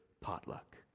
potluck